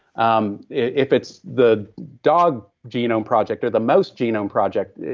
um if it's the dog genome project or the most genome project,